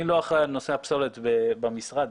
אני לא אחראי על נושא הפסולת במשרד בכלל.